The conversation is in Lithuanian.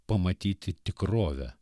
pamatyti tikrovę